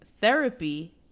Therapy